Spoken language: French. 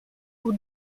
pour